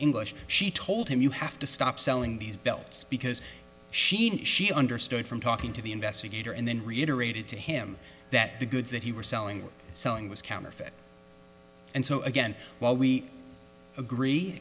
english she told him you have to stop selling these belts because she knew she understood from talking to the investigator and then reiterated to him that the goods that he were selling or selling was counterfeit and so again while we agree